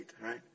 right